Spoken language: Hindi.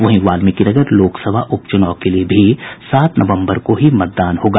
वहीं वाल्मीकिनगर लोकसभा उप चुनाव के लिए भी सात नवम्बर को ही मतदान होगा